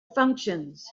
functions